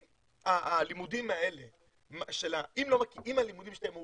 אם הלימודים שלהן הוא